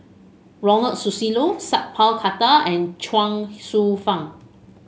Ronald Susilo Sat Pal Khattar and Chuang Hsueh Fang